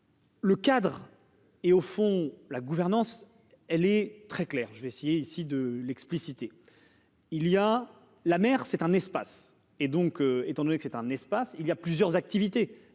Le cadre est au fond la gouvernance, elle est très clair : je vais essayer ici de l'expliciter, il y a la mer, c'est un espace et donc, étant donné que c'est un espace il y a plusieurs activités